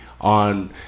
On